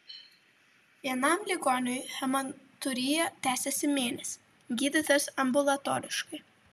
vienam ligoniui hematurija tęsėsi mėnesį gydytas ambulatoriškai